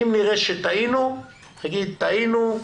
אם נראה שטעינו, נגיד טעינו.